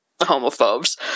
homophobes